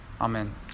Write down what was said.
Amen